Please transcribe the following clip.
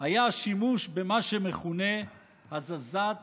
היה שימוש במה שמכונה הזזת